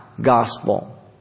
gospel